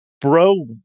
Bro-